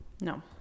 No